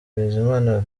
bizimana